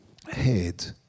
Head